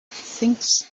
things